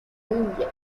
india